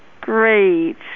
Great